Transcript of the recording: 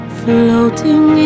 floating